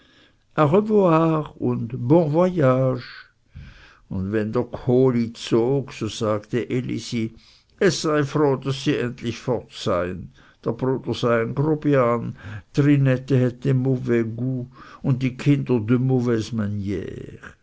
und wenn der kohli zog so sagte elisi es sei froh daß sie endlich fort seien der bruder sei ein grobian trinette hätte mauvais got und die kinder